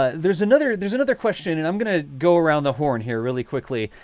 there's another there's another question. and i'm going to go around the horn here really quickly.